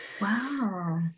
Wow